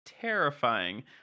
terrifying